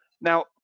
Now